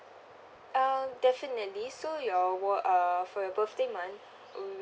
uh definitely so your wo~ uh for your birthday month w~